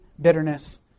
bitterness